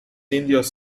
indios